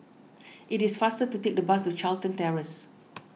it is faster to take the bus to Charlton